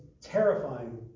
terrifying